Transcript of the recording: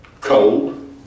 cold